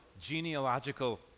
genealogical